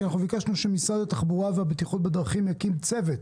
כי ביקשנו שמשרד התחבורה והבטיחות בדרכים יקים צוות